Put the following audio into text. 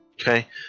Okay